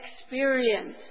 experience